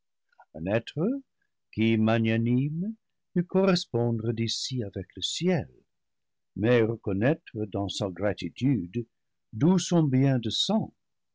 un être qui magnanime pût cor respondre d'ici avec le ciel mais reconnaître dans sa grati tude d'où son bien